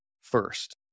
first